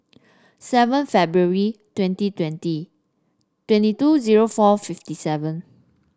seven February twenty twenty twenty two zero four fifty seven